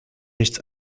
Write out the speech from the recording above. nichts